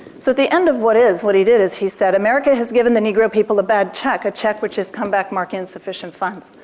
so the end of what is what he did is he said, america has given the negro people a bad check, a check which has come back marked insufficient funds.